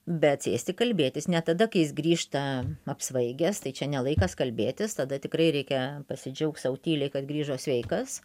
bet sėsti kalbėtis ne tada kai jis grįžta apsvaigęs tai čia ne laikas kalbėtis tada tikrai reikia pasidžiaugt sau tyliai kad grįžo sveikas